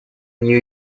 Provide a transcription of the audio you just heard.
нью